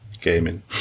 gaming